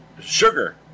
sugar